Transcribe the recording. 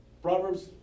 Proverbs